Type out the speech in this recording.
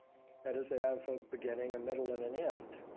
that is, they have a beginning, a middle, and an end.